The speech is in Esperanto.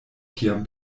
kiam